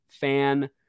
fan